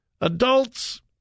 Adults